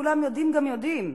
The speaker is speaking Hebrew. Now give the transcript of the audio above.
כולם יודעים גם יודעים,